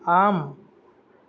आम्